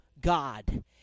God